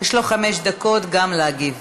יש לו חמש דקות גם להגיב.